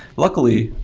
luckily,